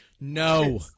No